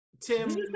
Tim